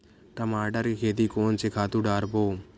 टमाटर के खेती कोन से खातु डारबो?